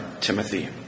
Timothy